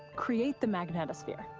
create the magnetosphere.